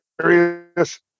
serious